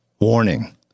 Warning